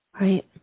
Right